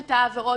העבירות,